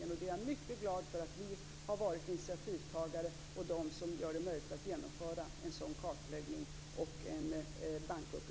Jag är mycket glad för att vi har varit initiativtagare och gjort det möjligt att genomföra en sådan kartläggning och bankuppläggning.